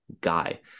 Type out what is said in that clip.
guy